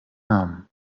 namen